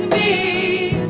a